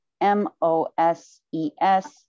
M-O-S-E-S